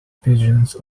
pigeons